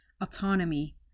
autonomy